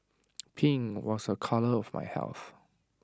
pink was A colour of health